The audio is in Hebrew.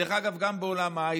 דרך אגב, גם בעולם ההייטק,